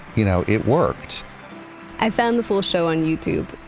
you know it worked i found the full show on youtube.